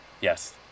Yes